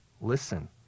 Listen